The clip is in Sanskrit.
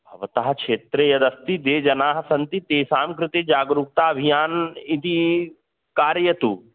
भवतः क्षेत्रे यदस्ति ये जनाः सन्ति तेषां कृते जागरूकता अभियानम् इति कारयतु